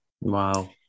Wow